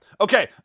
Okay